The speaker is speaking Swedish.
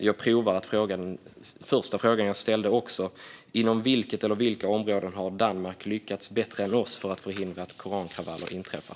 Jag prövar också att ställa om den första frågan jag ställde: Inom vilket eller vilka områden har Danmark lyckats bättre än vi för att förhindra att korankravaller inträffar?